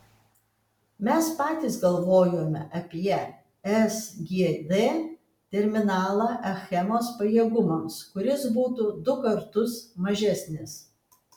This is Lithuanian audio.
mes patys galvojome apie sgd terminalą achemos pajėgumams kuris būtų du kartus mažesnis